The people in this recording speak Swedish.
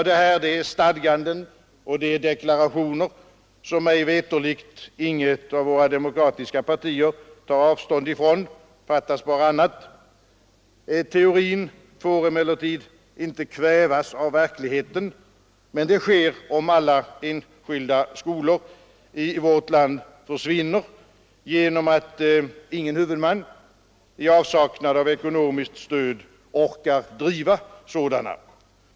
Det här är stadganden och deklarationer som mig veterligt inget av våra demokratiska partier tar avstånd från — fattas bara annat. Teorin får emellertid inte kvävas av verkligheten, men det sker om alla enskilda skolor i vårt land försvinner genom att ingen huvudman i avsaknad av ekonomiskt stöd orkar driva sådana.